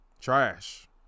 trash